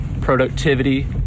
productivity